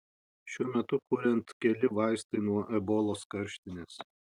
šiuo metu kuriant keli vaistai nuo ebolos karštinės